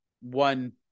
one